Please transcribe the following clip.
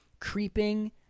Creeping